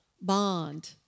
bond